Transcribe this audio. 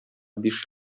биш